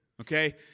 okay